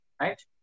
right